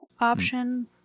option